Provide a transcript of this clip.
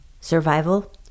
survival